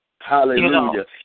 Hallelujah